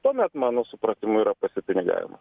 tuomet mano supratimu yra pasipinigavimas